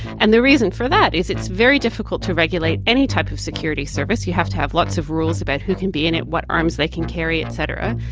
and the reason for that is it's very difficult to regulate any type of security service. you have to have lots of rules about who can be in it, what arms they can carry, et cetera.